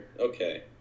Okay